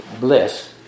bliss